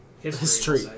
History